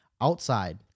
Outside